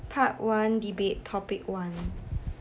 part one debate topic one